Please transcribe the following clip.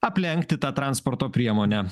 aplenkti tą transporto priemonę